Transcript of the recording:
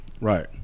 Right